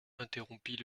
interrompit